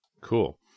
Cool